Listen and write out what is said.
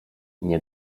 nie